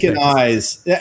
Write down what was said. eyes